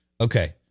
Okay